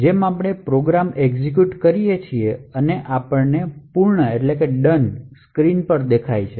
જેમ આપણે program execute કરીએ છીએ અને આપણને પૂર્ણ સ્ક્રીન પર પ્રદર્શિત થાય છે